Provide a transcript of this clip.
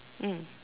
mm